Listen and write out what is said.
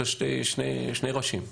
יש לה שני ראשים.